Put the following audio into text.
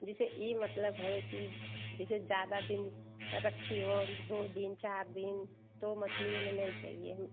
जैसे यह मतलब है कि जिसे ज़्यादा दिन की रखी हो दो दिन चार दिन तो मछली हमें नहीं चाहिए